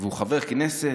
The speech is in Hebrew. והוא חבר כנסת.